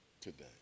today